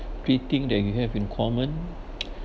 three thing that you have in common